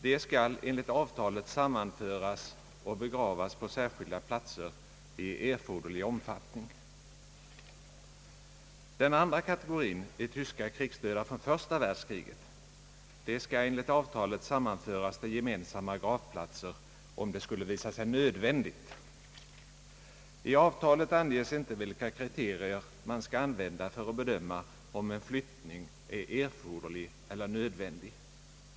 De skall enligt avtalet sammanföras och begravas på särskilda platser i erforderlig omfattning. Den andra kategorien är tyska krigsdöda från första världskriget. De skall enligt avtalet sammanföras till gemensamma gravplatser, om det skulle visa sig nödvändigt. I avtalet anges inte vilka kriterier man skall använda för att bedöma om en flyttning är er forderlig eller nödvändig.